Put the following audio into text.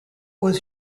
was